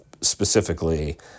specifically